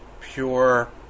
pure